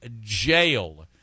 jail